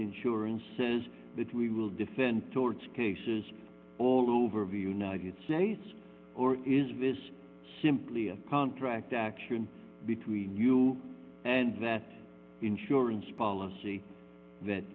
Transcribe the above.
insurance is that we will defend torts cases all over the united states or is this simply a contract action between you and that insurance policy that